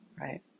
right